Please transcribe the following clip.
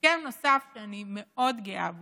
הסכם נוסף שאני מאוד גאה בו,